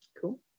Cool